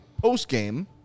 post-game